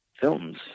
films